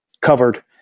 covered